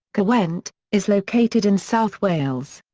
caerwent, is located in south wales.